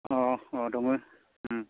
अह अह दङ